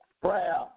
Prayer